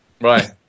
Right